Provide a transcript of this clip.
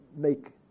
make